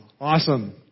Awesome